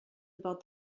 about